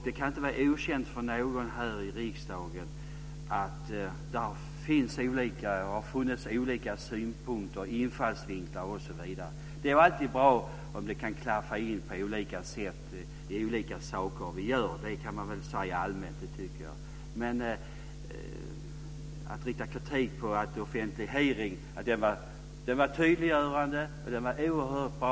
Det kan inte vara okänt för någon här i riksdagen att det har funnits olika synpunkter, infallsvinklar osv. Det är alltid bra om det kan klaffa med olika saker vi gör. Det kan man väl säga allmänt. Det tycker jag. Den offentliga hearingen var tydliggörande och oerhört bra.